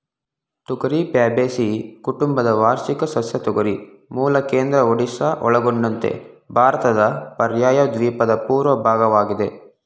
ತೊಗರಿ ಫ್ಯಾಬೇಸಿಯಿ ಕುಟುಂಬದ ವಾರ್ಷಿಕ ಸಸ್ಯ ತೊಗರಿ ಮೂಲ ಕೇಂದ್ರ ಒಡಿಶಾ ಒಳಗೊಂಡಂತೆ ಭಾರತದ ಪರ್ಯಾಯದ್ವೀಪದ ಪೂರ್ವ ಭಾಗವಾಗಿದೆ